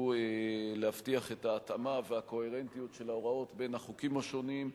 להבטיח את ההתאמה והקוהרנטיות של ההוראות בחוקים השונים,